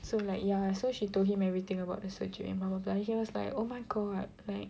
so like ya so she told him everything about the surgery and bla bla bla and he was like oh my god like